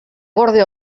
gorde